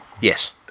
Yes